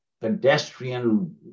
pedestrian